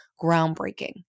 groundbreaking